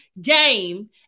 game